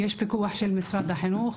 יש פיקוח של משרד החינוך,